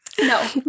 No